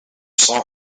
saw